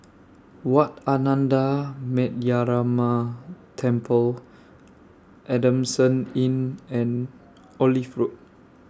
Wat Ananda Metyarama Temple Adamson Inn and Olive Road